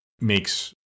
makes